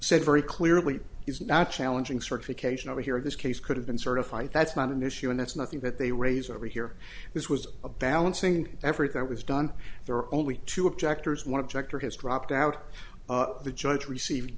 said very clearly he's not challenging certification over here this case could have been certified that's not an issue and that's nothing that they raise over here this was a balancing effort that was done there are only two objectors one object or has dropped out the judge receive